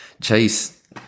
Chase